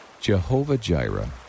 Jehovah-Jireh